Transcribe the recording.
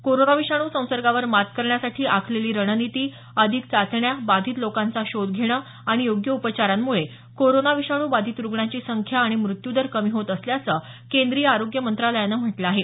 corona विषाणू संसर्गावर मात करण्यासाठी आखलेली रणनिती अधिक चाचण्या बाधित लोकांचा शोध घेणं आणि योग्य उपचारांमुळे कोरोना विषाणू बाधित रुग्णांची संख्या आणि मृत्यूदर कमी होत असल्याचं केंद्रीय आरोग्य मंत्रालयानं म्हटलं आहे